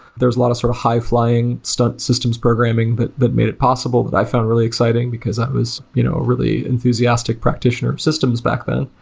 there're lot of sort of high-flying stunt systems programming but that made it possible that i found really exciting, because i was a you know really enthusiastic practitioner systems back then.